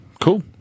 Cool